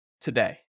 today